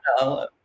no